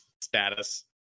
status